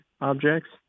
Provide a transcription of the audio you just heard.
objects